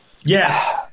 Yes